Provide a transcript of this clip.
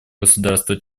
государства